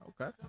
Okay